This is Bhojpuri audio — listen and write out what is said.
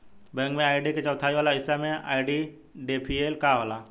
बैंक में आई.डी के चौथाई वाला हिस्सा में आइडेंटिफैएर होला का?